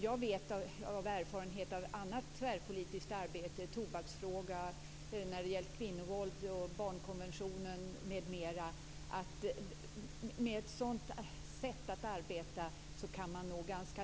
Jag vet genom erfarenhet av annat tvärpolitiskt arbete när det t.ex. har gällt tobaksfrågor, kvinnovåld och barnkonventionen att man kan nå ganska långt med ett sådant sätt att arbeta.